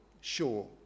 sure